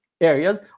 areas